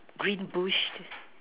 green bush